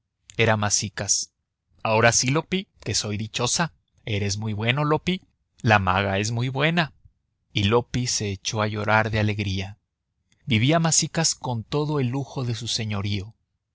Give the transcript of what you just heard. era masicas ahora sí loppi que soy dichosa eres muy bueno loppi la maga es muy buena y loppi se echó a llorar de alegría vivía masicas con todo el lujo de su señorío